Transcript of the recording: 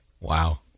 Wow